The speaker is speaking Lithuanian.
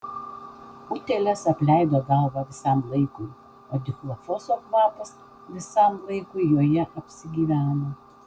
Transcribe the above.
utėlės apleido galvą visam laikui o dichlofoso kvapas visam laikui joje apsigyveno